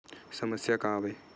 समस्या का आवे?